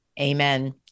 Amen